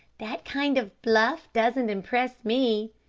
that kind of bluff doesn't impress me,